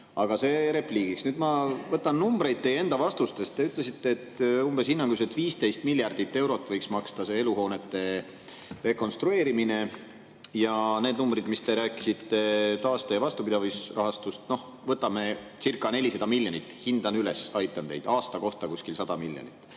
Aga see repliigiks. Nüüd ma võtan numbreid teie enda vastustest. Te ütlesite, et hinnanguliselt 15 miljardit eurot võiks maksta eluhoonete rekonstrueerimine. Need numbrid, millest te rääkisite, taaste- ja vastupidavusrahastust – no võtamecirca400 miljonit, hindan üles, aitan teid, aasta kohta kuskil 100 miljonit.